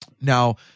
Now